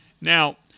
Now